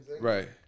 Right